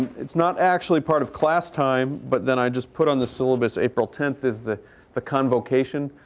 it's not actually part of class time. but then i just put on the syllabus april ten is the the convocation,